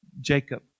Jacob